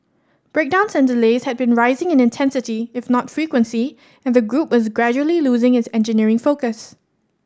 breakdowns and delays had been rising in intensity if not frequency and the group was gradually losing its engineering focus